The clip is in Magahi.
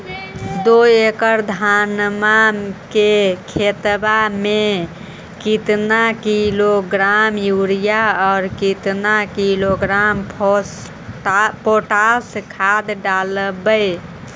दो एकड़ धनमा के खेतबा में केतना किलोग्राम युरिया और केतना किलोग्राम पोटास खाद डलबई?